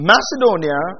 Macedonia